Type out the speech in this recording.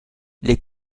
les